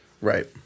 Right